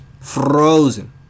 Frozen